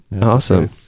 Awesome